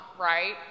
right